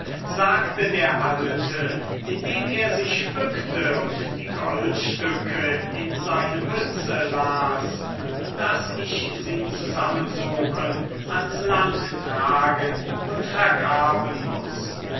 sagte der alte indem er sich bückte und die goldstücke in seine mütze las daß ich sie zusammensuchen ans land tragen und vergraben muß